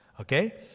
okay